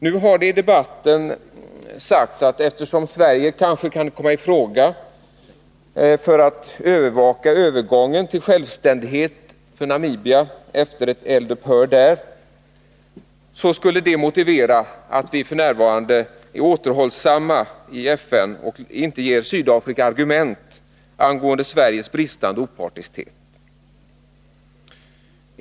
Nu har det i debatten sagts att eftersom Sverige kanske kan komma i fråga när det gäller att övervaka övergången till självständighet för Namibia efter ett eld upphör där, skulle det motivera att vi f. n. är återhållsamma i FN och inte ger Sydafrika argument angående Sveriges bristande opartiskhet.